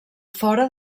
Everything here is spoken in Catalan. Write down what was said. fora